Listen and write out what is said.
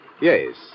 Yes